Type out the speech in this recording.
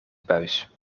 buis